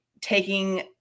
taking